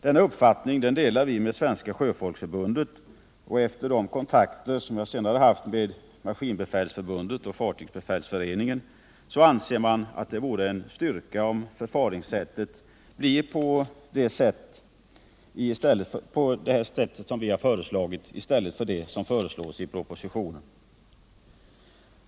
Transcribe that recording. Denna uppfattning delar vi med Svenska sjöfolksförbundet, och enligt de kontakter jag haft med Maskinbefälsförbundet och Fartygsbefälsföreningen anser man att det vore en styrka om förfaringssättet blir på detta sätt som vi har föreslagit i stället för det som föreslås i propositionen.